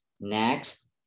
Next